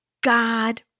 God